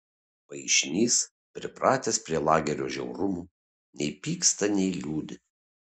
vaišnys pripratęs prie lagerio žiaurumo nei pyksta nei liūdi